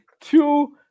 two